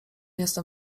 jestem